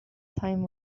time